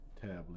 tablet